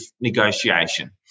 negotiation